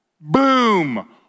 boom